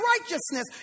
righteousness